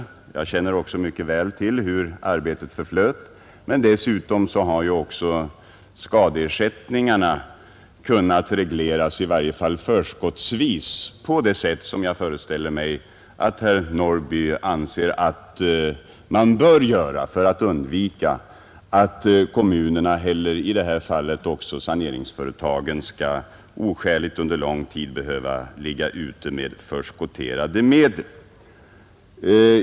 Jag känner själv mycket väl till hur det arbetet bedrevs. Vidare har ersättningarna för bekämpningen i det fallet kunnat betalas förskottsvis, på det sätt jag föreställer mig att herr Norrby anser att de bör regleras för att undvika att kommunerna eller saneringsföretagen under lång tid skall behöva ligga ute med förskotterade medel.